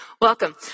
welcome